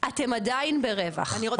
אתם עדיין ברווח.